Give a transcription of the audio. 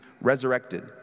resurrected